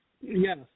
Yes